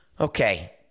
Okay